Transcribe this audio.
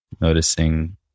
noticing